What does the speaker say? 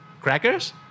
Crackers